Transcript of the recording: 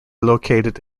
located